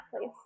please